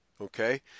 okay